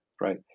right